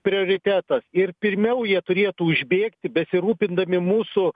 prioritetas ir pirmiau jie turėtų užbėgti besirūpindami mūsų